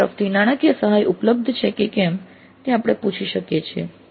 સંસ્થા તરફથી નાણાકીય સહાય ઉપલબ્ધ છે કે કેમ તે આપણે પૂછી શકીએ છીએ